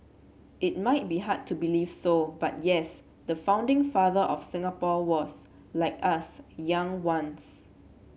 it might be hard to believe so but yes the founding father of Singapore was like us young once